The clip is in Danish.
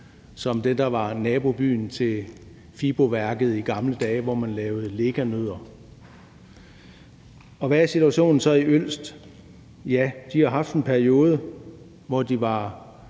som det, der var nabobyen til Fibo Værket i gamle dage, hvor man lavede Leca Nødder. Hvad er situationen så i Ølst? Ja, beboerne har haft en periode, hvor der var